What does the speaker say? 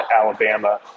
alabama